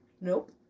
Nope